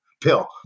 pill